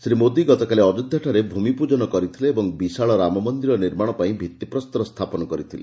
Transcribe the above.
ଶ୍ରୀ ମୋଦି ଗତକାଲି ଅଯୋଧ୍ୟାଠାରେ ଭୂମିପୂଜନ କରିଥିଲେ ଓ ବିଶାଳ ରାମମନ୍ଦିର ନିର୍ମାଣ ପାଇଁ ଭିତ୍ତିପ୍ରସ୍ତର ସ୍ଥାପନ କରିଥିଲେ